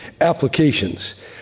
applications